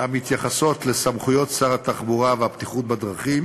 המתייחסות לסמכויות שר התחבורה והבטיחות בדרכים